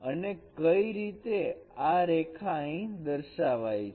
અને કઈ રીતે આ રેખા અહીં દર્શાવાય છે